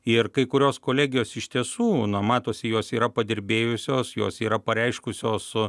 ir kai kurios kolegijos iš tiesų na matosi jos yra padirbėjusios jos yra pareiškusios